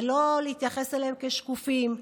ולא להתייחס אליהם כשקופים.